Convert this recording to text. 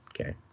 Okay